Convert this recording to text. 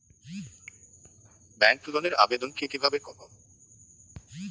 Bank লোনের আবেদন কি কিভাবে করব?